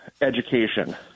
education